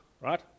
right